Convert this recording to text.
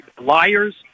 Liars